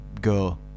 go